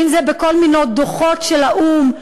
ואם זה בכל מיני דוחות של האו"ם,